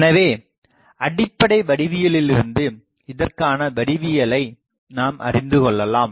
எனவே அடிப்படை வடிவியலிலிருந்து இதற்கான வடிவியலை நாம் அறிந்துகொள்ளலாம்